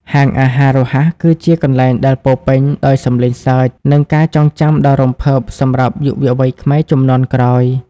ហាងអាហាររហ័សគឺជាកន្លែងដែលពោរពេញដោយសំឡេងសើច និងការចងចាំដ៏រំភើបសម្រាប់យុវវ័យខ្មែរជំនាន់ក្រោយ។